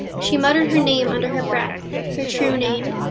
she muttered her name under her breath, her true name.